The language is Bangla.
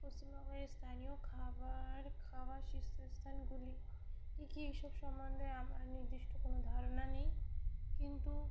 পশ্চিমবঙ্গের স্থানীয় খাবার খাওয়ার শীর্ষস্থানগুলি ক কী এইসব সম্বন্ধে আমার নির্দিষ্ট কোনো ধারণা নেই কিন্তু